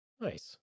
Nice